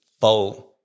four